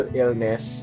illness